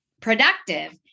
productive